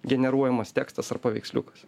generuojamas tekstas ar paveiksliukas